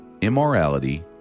immorality